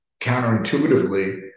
Counterintuitively